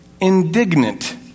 Indignant